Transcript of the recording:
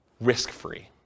risk-free